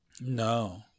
No